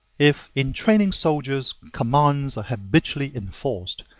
if in training soldiers commands are habitually enforced,